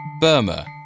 Burma